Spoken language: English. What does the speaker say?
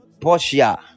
Portia